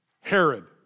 Herod